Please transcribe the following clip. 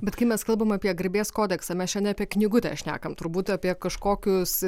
bet kai mes kalbam apie garbės kodeksą mes čia ne apie knygutę šnekam turbūt apie kažkokius